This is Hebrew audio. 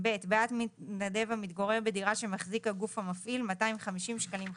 בעד מתנדב המתגורר בדירה שמחזיק הגוף המפעיל - 250 שקלים חדשים,